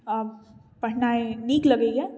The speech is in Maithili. आ पढ़नायि नीक लगैया